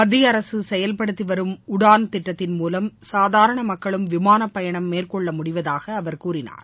மத்தியஅரசு செயல்படுத்தி வரும் உடான் திட்டத்தின் மூலம் சாதாரண மக்களும் விமான பயணம் மேற்கொள்ள முடிவதாக அவர் கூறினார்